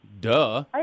Duh